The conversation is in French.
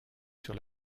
sur